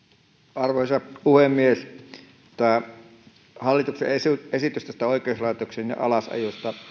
arvoisa puhemies tätä hallituksen esitystä oikeuslaitoksien alasajosta